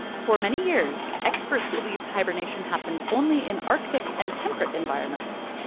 for many years, experts believed hibernation happened only in arctic and temperate environments.